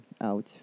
out